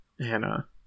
Hannah